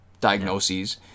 diagnoses